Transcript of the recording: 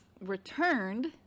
returned